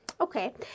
okay